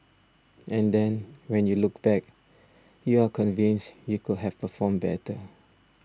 and then when you look back you are convinced you could have performed better